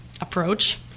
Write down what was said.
approach